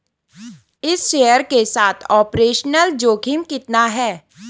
इस शेयर के साथ ऑपरेशनल जोखिम कितना है?